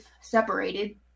separated